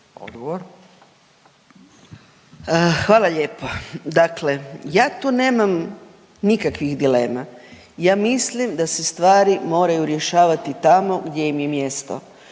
Hvala lijepa. Dakle, ja tu nemam nikakvih dilema. Ja mislim da se stvari moraju rješavati tamo gdje im je mjesto.